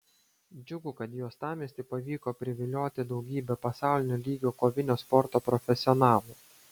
džiugu kad į uostamiestį pavyko privilioti daugybę pasaulinio lygio kovinio sporto profesionalų